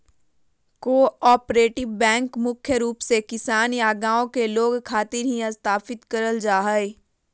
cooperative bank मुख्य रूप से किसान या गांव के लोग खातिर ही स्थापित करल जा हय